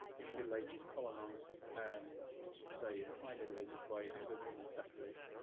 in the middle ages, colonised um well, i should say, in the high middle ages by anglo-norman settlers.